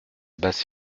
base